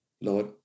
Lord